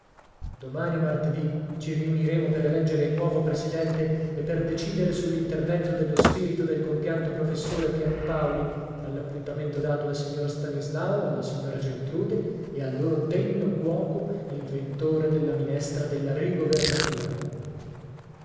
domani martedì ci riuniremo per eleggere il nuovo presidente e per decidere sull'intervento dello spirito del compianto professore pierpaoli all'appuntamento dato al signor stanislao alla signora geltrude e al loro degno cuoco inventore della minestra della